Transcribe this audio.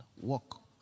walk